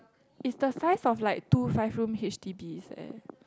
is the size of like two five room H_D_Bs eh